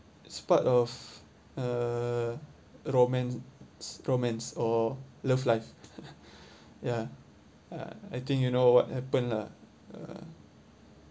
it's part of uh romance romance or love life ya uh I think you know what happened lah uh